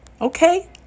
Okay